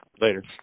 Later